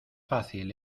fácil